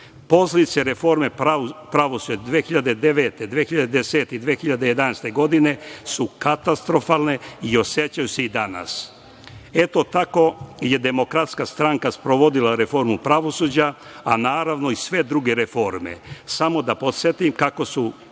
Posledice reforme pravosuđa 2009, 2010. i 2011. godine su katastrofalne i osećaju se i danas. Eto, tako je DS sprovodila reformu pravosuđa, a naravno i sve druge reforme. Samo da podsetim kako su